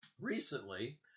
Recently